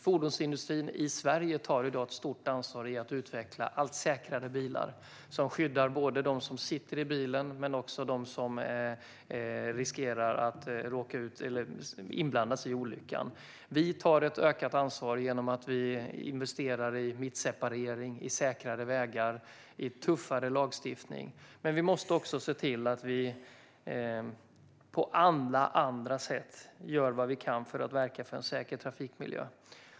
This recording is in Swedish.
Fordonsindustrin i Sverige tar i dag ett stort ansvar att utveckla allt säkrare bilar som ska skydda dem som sitter i bilen och dem som riskerar att bli inblandade i en olycka. Vi tar ett ökat ansvar genom att vi investerar i mittseparering, i säkrare vägar, i tuffare lagstiftning, men vi måste också se till att på alla andra sätt göra vad vi kan för att verka för en säker trafikmiljö.